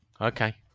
Okay